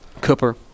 Cooper